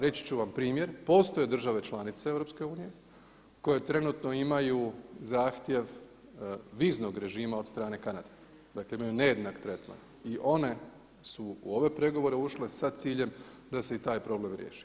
Reći ću vam primjer postoje države članice EU koje trenutno imaju zahtjev viznog režima od strane Kanade, dakle imaju nejednak tretman i one su u ove pregovore ušle sa ciljem da se i taj problem riješi.